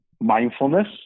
Mindfulness